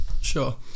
Sure